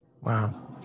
Wow